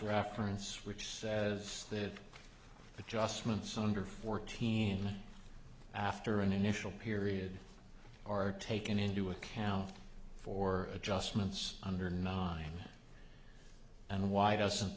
reference which says that adjustments under fourteen after an initial period are taken into account for adjustments under nine and why doesn't